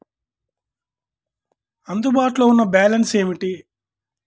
అందుబాటులో ఉన్న బ్యాలన్స్ ఏమిటీ?